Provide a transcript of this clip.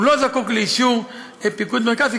הוא לא זקוק לאישור פיקוד מרכז.